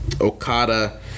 Okada